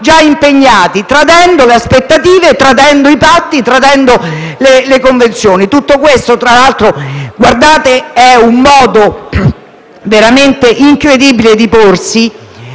già impegnati, tradendo le aspettative, tradendo i patti, tradendo le convenzioni. Tutto questo, è un modo veramente incredibile di porsi